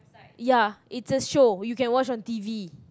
ya it's a show you can watch on t_v